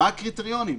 מה הקריטריונים?